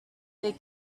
they